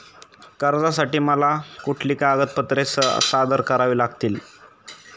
कर्जासाठी मला कुठली कागदपत्रे सादर करावी लागतील?